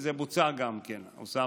אוסאמה.